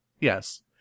Yes